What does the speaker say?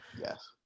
Yes